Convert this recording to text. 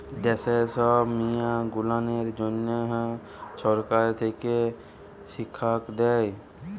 দ্যাশের ছব মিয়াঁ গুলানের জ্যনহ সরকার থ্যাকে শিখ্খা দেই